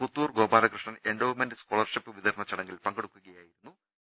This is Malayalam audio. Puthur Gopalakrishnan endowment scholarship വിതരണ ചടങ്ങിൽ പങ്കെടുക്കുകയായിരുന്നു അദ്ദേഹം